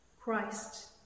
Christ